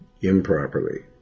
improperly